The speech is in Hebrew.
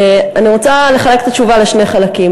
אני רוצה לחלק את התשובה לשני חלקים.